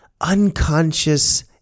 unconscious